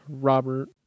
Robert